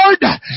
Lord